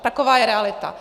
Taková je realita.